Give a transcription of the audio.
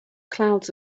clouds